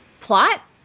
plot